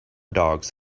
dogs